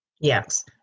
Yes